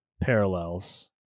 parallels